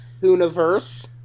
universe